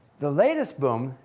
the latest boom,